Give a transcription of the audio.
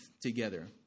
together